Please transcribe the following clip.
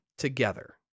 Together